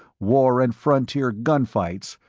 war and frontier gunfights,